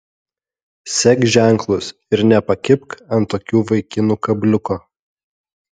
sek ženklus ir nepakibk ant tokių vaikinų kabliuko